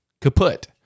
kaput